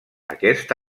aquest